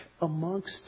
amongst